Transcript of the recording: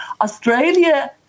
Australia